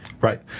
Right